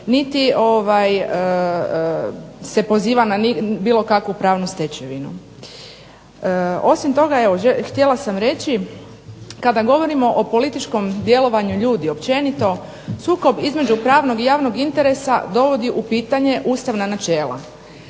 niti se poziva na bilo kakvu pravnu stečevinu. Osim toga evo htjela sam reći kada govorimo o političkom djelovanju ljudi općenito sukob između pravnog i javnog interesa dovodi u pitanje ustavna načela